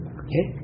okay